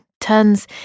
turns